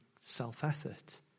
self-effort